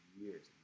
years